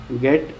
get